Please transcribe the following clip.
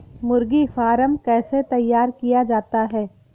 मुर्गी फार्म कैसे तैयार किया जाता है?